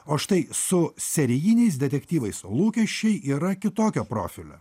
o štai su serijiniais detektyvais lūkesčiai yra kitokio profilio